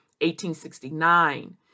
1869